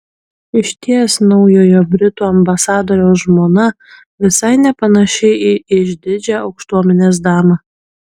išties naujojo britų ambasadoriaus žmona visai nepanaši į išdidžią aukštuomenės damą